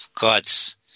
God's